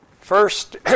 First